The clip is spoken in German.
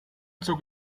zog